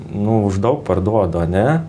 nu už daug parduoduane